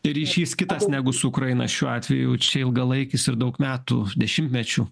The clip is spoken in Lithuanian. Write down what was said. ryšys kitas negu su ukraina šiuo atveju čia ilgalaikis ir daug metų dešimtmečių